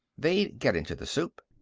they'd get into the soup.